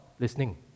listening